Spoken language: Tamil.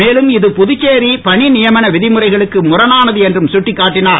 மேலும் புதுச்சேரி பணிநியமன விதிமுறைகளுக்கு முரணானது என்றும் சுட்டிக்காட்டினார்